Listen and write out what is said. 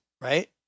right